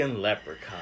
leprechaun